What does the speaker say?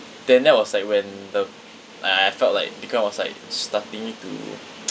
then that was like when the I I felt like bitcoin was like starting to